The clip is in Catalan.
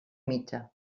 mitja